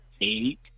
eight